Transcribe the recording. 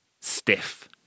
stiff